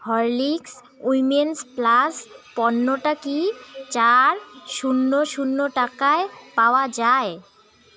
Horlicks women's plus পণ্যটা কি চার শূন্য শূন্য টাকায় পাওয়া যায়